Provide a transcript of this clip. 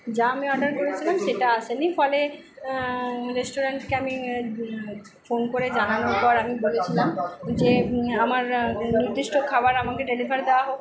যা আমি অর্ডার করেছিলাম সেটা আসে নি ফলে রেস্টুরেন্টকে আমি ফোন করে জানানোর পর আমি বলেছিলাম যে আমার নির্দিষ্ট খাবার আমাকে ডেলিভার দেওয়া হোক